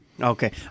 Okay